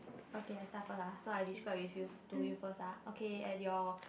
okay I start first ah so I describe with you to you first ah okay at your